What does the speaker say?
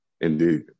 Indeed